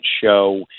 show